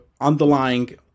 underlying